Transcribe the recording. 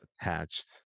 attached